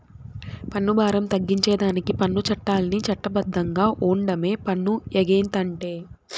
పన్ను బారం తగ్గించేదానికి పన్ను చట్టాల్ని చట్ట బద్ధంగా ఓండమే పన్ను ఎగేతంటే